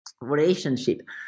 relationship